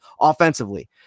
offensively